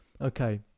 okay